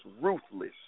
ruthless